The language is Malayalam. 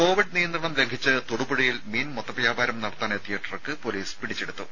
കോവിഡ് നിയന്ത്രണം ലംഘിച്ച് തൊടുപുഴയിൽ മീൻ മൊത്തവ്യാപാരം നടത്താനെത്തിയ ട്രക്ക് പൊലീസ് പിടിച്ചെടുത്തു